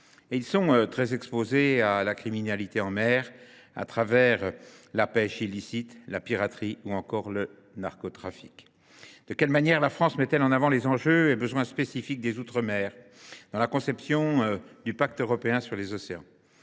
Ils sont aussi très exposés à la criminalité en mer : la pêche illicite, la piraterie ou encore le narcotrafic. Monsieur le ministre, de quelle manière la France met elle en avant les enjeux et les besoins spécifiques des outre mer dans la conception du pacte européen pour les océans ?